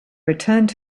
returned